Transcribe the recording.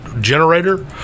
generator